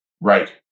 Right